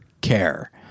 care